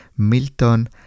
Milton